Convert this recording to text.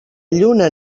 lluna